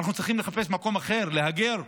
אנחנו צריכים לחפש מקום אחר, להגר?